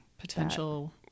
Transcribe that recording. potential